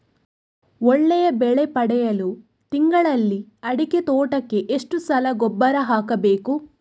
ಒಳ್ಳೆಯ ಬೆಲೆ ಪಡೆಯಲು ತಿಂಗಳಲ್ಲಿ ಅಡಿಕೆ ತೋಟಕ್ಕೆ ಎಷ್ಟು ಸಲ ಗೊಬ್ಬರ ಹಾಕಬೇಕು?